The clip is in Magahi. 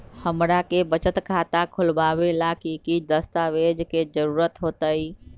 हमरा के बचत खाता खोलबाबे ला की की दस्तावेज के जरूरत होतई?